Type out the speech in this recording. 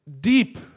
deep